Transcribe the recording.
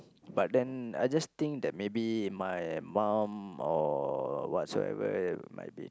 but then I just think that maybe my mom or what so ever might be